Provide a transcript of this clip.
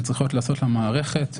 שהפיק את הנתונים,